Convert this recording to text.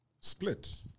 split